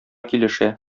килешә